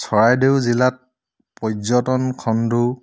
চৰাইদেউ জিলাত পৰ্যটন খণ্ডও